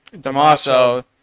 damaso